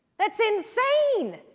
that's insane!